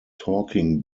talking